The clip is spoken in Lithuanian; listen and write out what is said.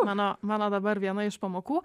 mano mano dabar viena iš pamokų